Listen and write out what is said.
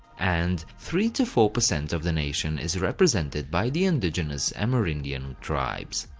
and three to four percent of the nation is represented by the indigenous amerindian tribes.